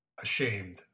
ashamed